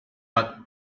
but